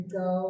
go